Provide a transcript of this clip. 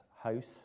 house